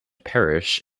parish